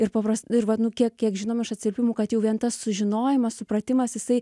ir paprast ir vat nu kiek kiek žinome iš atsiliepimų kad jau vien tas sužinojimas supratimas jisai